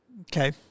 Okay